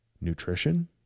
nutrition